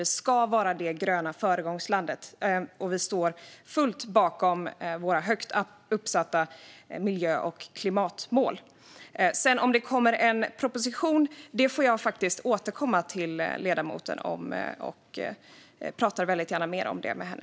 Vi ska vara det gröna föregångslandet, och vi står fullt ut bakom våra högt uppsatta miljö och klimatmål. Huruvida det kommer en proposition får jag faktiskt återkomma till ledamoten om. Och jag pratar väldigt gärna mer om detta med henne.